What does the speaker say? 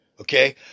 okay